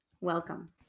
Welcome